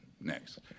Next